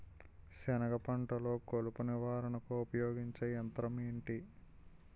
సెనగ పంటలో కలుపు నివారణకు ఉపయోగించే యంత్రం ఏంటి?